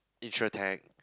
insure tech